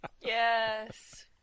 Yes